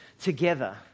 together